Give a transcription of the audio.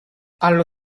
allo